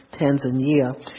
Tanzania